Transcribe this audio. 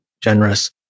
generous